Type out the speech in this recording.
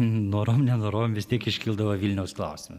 norom nenorom vis tiek iškildavo vilniaus klausimas